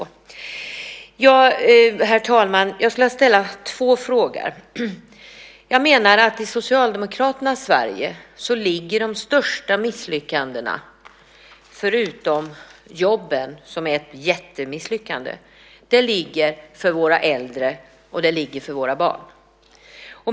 Herr talman! Jag skulle vilja ställa två frågor. Jag menar att i Socialdemokraternas Sverige ligger de största misslyckandena, förutom jobben som är ett jättemisslyckande, hos våra äldre och våra barn.